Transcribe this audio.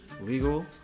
Legal